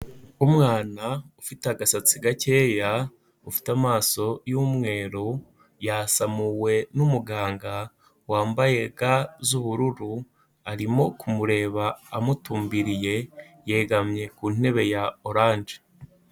Umwana ufite agasatsi gakeya, ufite amaso y'umweru, yasamuwe n'umuganga wambaye ga z'ubururu, arimo kumureba amutumbiriye, yegamye ku ntebe ya orange.